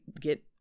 get